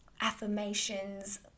affirmations